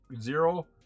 zero